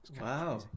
wow